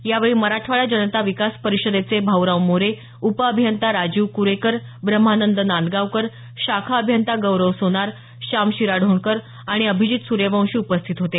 यावेळी मराठवाडा जनता विकास परिषदेचे भाऊराव मोरे उपअभियंता राजीव कुरेकर ब्रह्मानंद नांदगावकर शाखा अभियंता गौरव सोनार शाम शिराढोणकर आणि अभिजित सुर्यवंशी उपस्थित होते